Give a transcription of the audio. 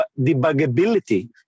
debuggability